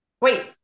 wait